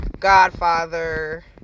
godfather